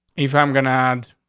if i'm gonna add,